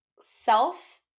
self